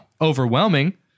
overwhelming